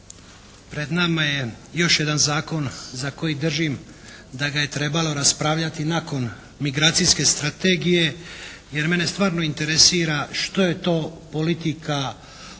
pred nama je još jedan zakon za koji držim da ga je trebalo raspravljati nakon migracijske strategije jer mene stvarno interesira što je to politika ove